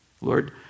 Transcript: lord